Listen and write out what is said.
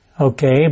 Okay